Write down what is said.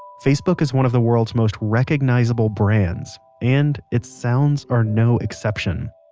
facebook is one of the world's most recognizable brands and its sounds are no exception.